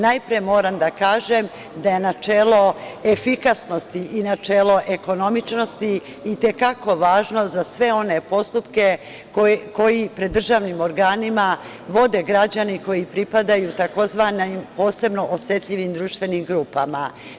Najpre moram da kažem da je načelo efikasnosti i načelo ekonomičnosti i te kako važno za sve one postupke koji pri državnim organima vode građani koji pripadaju tzv. posebno osetljivim društvenim grupama.